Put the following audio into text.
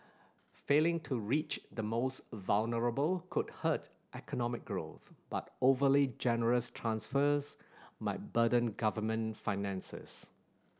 failing to reach the most vulnerable could hurt economic growth but overly generous transfers might burden government finances